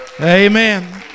Amen